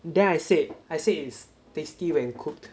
then I said I said it's tasty when cooked